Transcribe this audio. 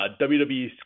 wwe